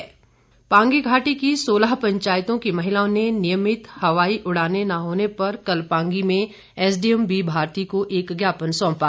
ज्ञापन पांगी घाटी की सोलह पंचायतों की महिलाओं ने नियमित हवाई उड़ानें न होने पर कल पांगी में एसडीएम बीभारती को एक ज्ञापन सौंपा